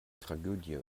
tragödie